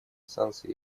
санкций